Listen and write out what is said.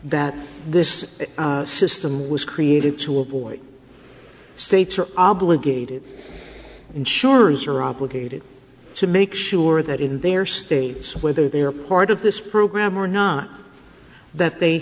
that this system was created to avoid states are obligated insurers are obligated to make sure that in their states whether they are part of this program or not that they